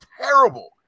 terrible